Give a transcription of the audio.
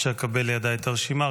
עד שאקבל לידיי את הרשימה,